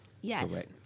Yes